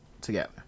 together